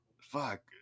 fuck